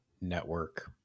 network